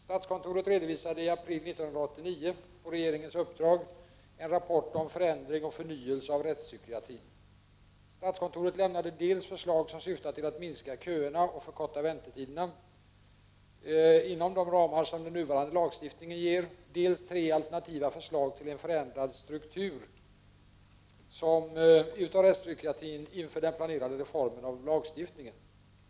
Statskontoret redovisade i april 1989 på regeringens uppdrag en rapport om förändring och förnyelse av rättspsykiatrin. Statskontoret lämnade dels förslag som syftar till att minska köerna och förkorta väntetiderna inom de ramar som den nuvarande lagstiftningen ger, dels tre alternativa förslag till en förändrad struktur av rättspsykiatrin inför den planerade reformen av lagstiftningen.